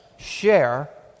share